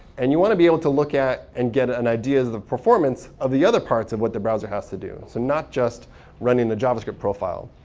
and you want to be able to look at and get an idea of the performance of the other parts of what the browser has to do, so not just running the javascript profile.